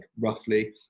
roughly